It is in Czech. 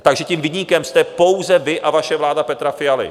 Takže tím viníkem jste pouze vy a vaše vláda Petra Fialy.